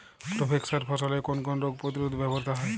Provex সার ফসলের কোন কোন রোগ প্রতিরোধে ব্যবহৃত হয়?